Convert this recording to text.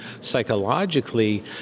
psychologically